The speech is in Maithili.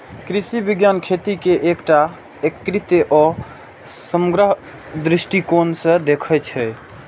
कृषि विज्ञान खेती कें एकटा एकीकृत आ समग्र दृष्टिकोण सं देखै छै